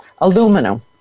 Aluminum